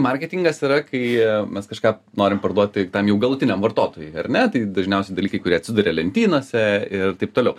marketingas yra kai mes kažką norim parduot tai tam jau galutiniam vartotojui ar ne tai dažniausiai dalykai kurie atsiduria lentynose ir taip toliau